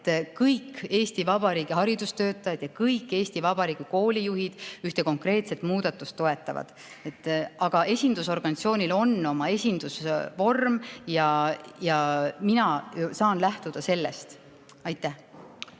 et kõik Eesti Vabariigi haridustöötajad ja kõik Eesti Vabariigi koolijuhid ühte konkreetset muudatust toetavad. Aga esindusorganisatsioonil on oma esindusvorm ja mina saan lähtuda sellest. Riina